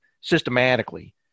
systematically